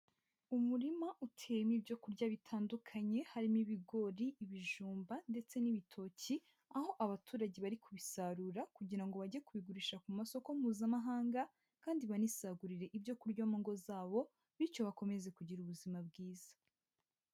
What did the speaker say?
Umurima uteyemo ibyo kurya bitandukanye, harimo ibigori, ibijumba ndetse n'ibitoki, aho abaturage bari kubisarura kugira ngo bajye kubigurisha ku masoko mpuzamahanga kandi banisagurire ibyo kurya mu ngo zabo, bityo bakomeze kugira ubuzima bwiza.